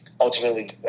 ultimately